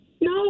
No